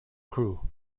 crew